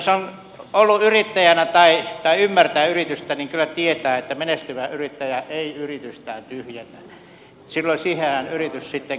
jos on ollut yrittäjänä tai ymmärtää yritystä niin kyllä tietää että menestyvä yrittäjä ei yritystään tyhjennä sillä siihenhän yritys sitten kaatuu